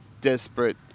desperate